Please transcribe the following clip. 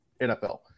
NFL